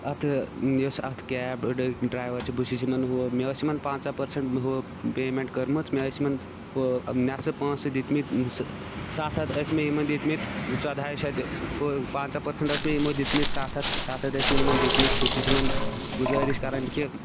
اَتھٕ یُس اَتھ کیب ڈٕ ڈرٛایوَر چھِ بہٕ چھُس یِمَن ہُہ مےٚ ٲسۍ یِمَن پنٛژاہ پٔرسَنٛٹ ہُہ پیمَنٛٹ کٔرمٕژ مےٚ ٲسۍ یِمَن ہُہ مےٚ ہسا پۄنٛسہٕ دِتۍ مٕتۍ سَتھ ہَتھ ٲسی مےٚ یِمَن دِتۍ مٕتۍ ژۄدہَے شیٚتھ ہُہ پَنٛژہ پٔرسَنٛٹ ٲسۍ مےٚ یِمو دِتۍ مٕتۍ سَتھ ہَتھ سَتھ ہَتھ ٲسۍ مےٚ یِمَن دِتۍ مٕتۍ بہٕ چھُس یِمَن گُزٲرِش کَران کہ